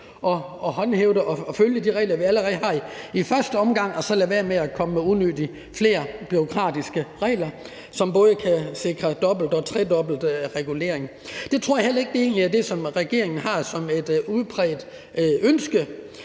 at håndhæve og følge de regler, vi allerede har, og så lade være med at komme med flere unødigt bureaukratiske regler, som både kan give dobbelt og tredobbelt regulering. Det tror jeg heller ikke er det, som regeringen har som et udpræget ønske,